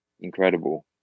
incredible